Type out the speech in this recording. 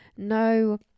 no